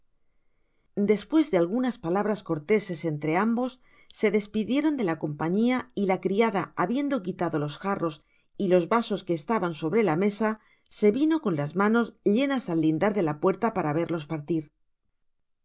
despues de algunas palabras corteses entre ambos sedespidieron de la compañia y la criada habiendo quitado los jarros y los vasos que estaban sobre la mesa se vino con las manos llenas al lindar de la puerta para verlos partir